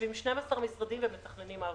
יושבים 12 משרדים ומתכננים מה עושים.